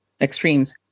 extremes